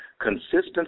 Consistency